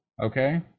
okay